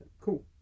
Cool